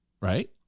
right